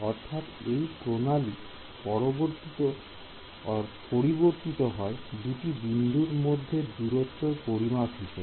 অর্থাৎ এই প্রণালী পরিবর্তিত হয় দুটি বিন্দুর মধ্যের দূরত্বের পরিমাপ হিসেবে